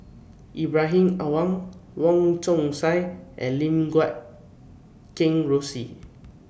Ibrahim Awang Wong Chong Sai and Lim Guat Kheng Rosie